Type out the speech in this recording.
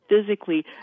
physically